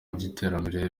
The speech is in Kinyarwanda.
by’intambara